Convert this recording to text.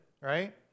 right